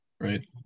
right